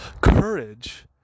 Courage